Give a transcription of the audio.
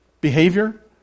behavior